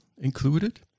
included